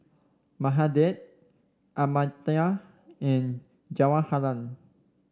Mahade Amartya and Jawaharlal